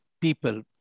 people